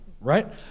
right